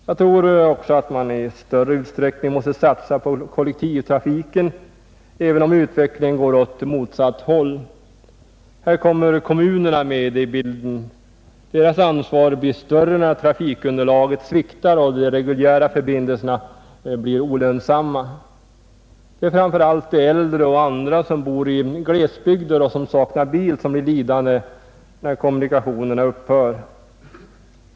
Jag tror också att man i större utsträckning måste satsa på kollektivtrafiken, även om utvecklingen går åt motsatt håll. Här kommer kommunerna med i bilden. Deras ansvar blir större när trafikunderlaget sviktar och de reguljära förbindelserna blir olönsamma. Det är framför allt de äldre och andra som bor i glesbygder och som saknar bil som blir lidande, när kommunikationerna upphör.